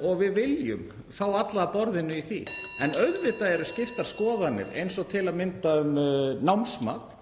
og við viljum fá alla að borðinu í því. En auðvitað eru skiptar skoðanir, eins og til að mynda um námsmat,